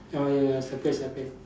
oh ya ya separate separate